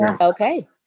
Okay